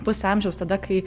pusę amžiaus tada kai